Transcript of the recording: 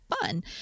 fun